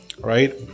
right